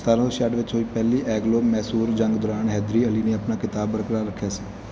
ਸਤਾਰ੍ਹਾਂ ਸੌ ਛਿਆਹਟ ਵਿੱਚ ਹੋਈ ਪਹਿਲੀ ਐਂਗਲੋ ਮੈਸੂਰ ਜੰਗ ਦੌਰਾਨ ਹੈਦਰ ਅਲੀ ਨੇ ਆਪਣਾ ਖਿਤਾਬ ਬਰਕਰਾਰ ਰੱਖਿਆ ਸੀ